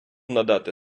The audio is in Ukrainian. надати